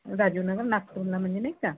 राजीवनगर नागपूरला म्हणाले नाही का